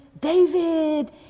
david